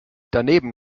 daneben